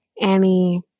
Annie